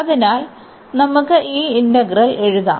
അതിനാൽ നമുക്ക് ഈ ഇന്റഗ്രൽ എഴുതാം